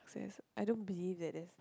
yes I don't believe there's